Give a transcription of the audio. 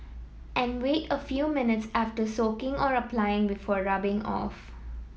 and wait a few minutes after soaking or applying before rubbing off